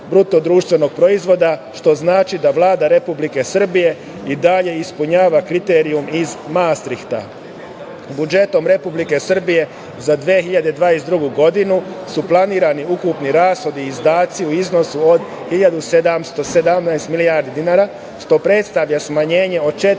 nivou od 56,5% BDP, što znači da Vlada Republike Srbije i dalje ispunjava kriterijum iz Mastrihta. Budžetom Republike Srbije za 2022. godinu su planirani ukupni rashodi i izdaci u iznosu od 1.717 milijardi dinara, što predstavlja smanjenje od 4,23%